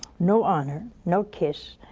no honor, no kiss,